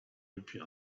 depuis